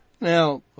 now